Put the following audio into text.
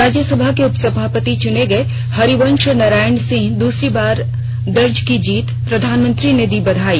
राज्यसभा के उपसभापति चुने गए हरिवंश नारायण सिंह दूसरी बार दर्ज की जीत प्रधानमंत्री ने दी बधाई